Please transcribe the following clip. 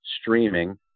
streaming